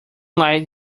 light